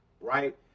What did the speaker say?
right